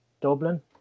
Dublin